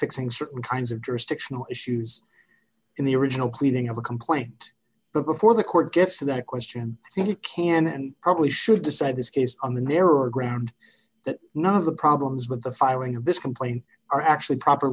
fixing certain kinds of jurisdictional issues in the original cleaning of a complaint but before the court gets to that question i think it can and probably should decide this case on the narrower ground that none of the problems with the firing of this complaint are actually proper